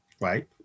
right